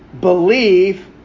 believe